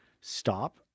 stop